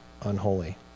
unholy